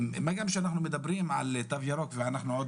מה גם שאנחנו מדברים על תו ירוק ואנחנו עוד